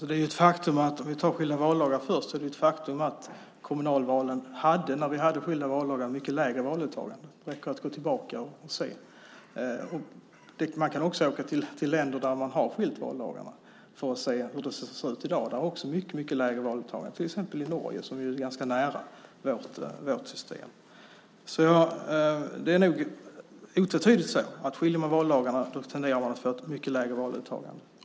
Fru talman! För att ta skilda valdagar först är det ett faktum att kommunalvalen hade, när vi hade skilda valdagar, ett mycket lägre valdeltagande. Det är bara att gå tillbaka och se. Man kan också åka till länder där man har skilt valdagarna för att se hur det ser ut i dag. Det är också mycket, mycket lägre deltagande, till exempel i Norge som ligger ganska nära vårt system. Det är otvetydigt så att om man skiljer valdagarna tenderar man att få ett mycket lägre valdeltagande.